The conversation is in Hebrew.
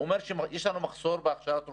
הוא אומר שיש לנו מחסור בהכשרת רופאים.